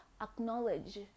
acknowledge